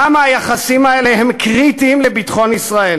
כמה היחסים האלה הם קריטיים לביטחון ישראל